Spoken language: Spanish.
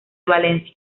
valencia